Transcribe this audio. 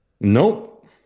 Nope